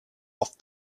off